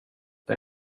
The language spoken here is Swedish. det